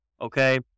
Okay